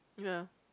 ya